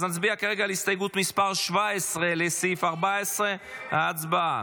אז נצביע כרגע על הסתייגות 17 לסעיף 14. הצבעה.